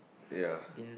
ya